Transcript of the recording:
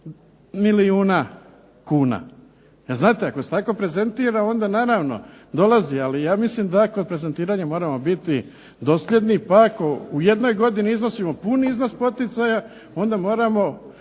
milijuna kuna. Znate, ako se tako prezentira onda naravno dolazi, ali ja mislim da kod prezentiranja moramo biti dosljedni pa ako u jednoj godini puni iznos poticaja onda moramo